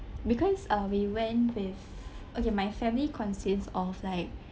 because uh we went with okay my family consists of like